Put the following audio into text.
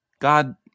God